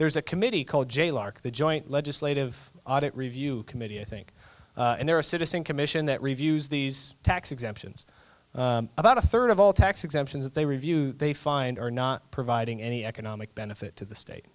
there's a committee called jay lark the joint legislative audit review committee i think and there are citizen commission that reviews these tax exemptions about a third of all tax exemptions that they review they find are not providing any economic benefit to the state